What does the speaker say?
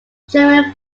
german